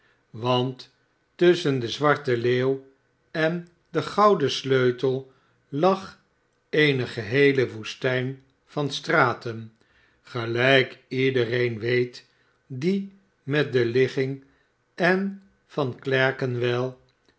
want tusschen de zwarte leeuw en degouden sleutel lag eene geheele woestijn van straten gelijk iedereen weet die met de ligging en van clerkenwell